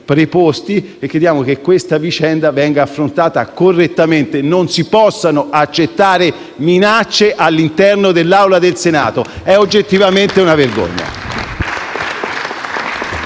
preposti affinché questa vicenda venga affrontata correttamente. Non si possono accettare minacce all'interno dell'Aula del Senato. È oggettivamente una vergogna.